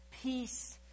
peace